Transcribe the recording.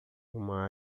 uma